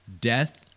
Death